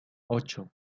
ocho